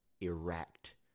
erect